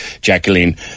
Jacqueline